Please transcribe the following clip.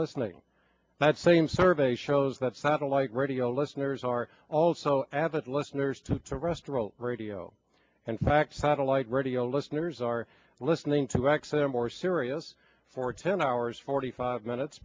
listening that same survey shows that satellite radio listeners are also avid listeners to a restaurant radio and facts satellite radio listeners are listening to x m more serious for ten hours forty five minutes